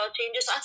changes